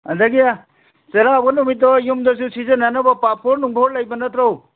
ꯑꯗꯒꯤ ꯆꯩꯔꯥꯎꯕ ꯅꯨꯃꯤꯠꯇꯣ ꯌꯨꯝꯗꯁꯨ ꯁꯤꯖꯤꯟꯅꯅꯕ ꯄꯥꯐꯣꯔ ꯅꯪꯐꯣꯔ ꯂꯩꯕ ꯅꯠꯇ꯭ꯔꯣ